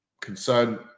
concern